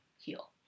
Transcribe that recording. heal